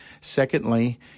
secondly